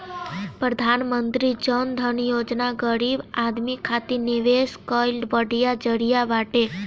प्रधानमंत्री जन धन योजना गरीब आदमी खातिर निवेश कअ बढ़िया जरिया बाटे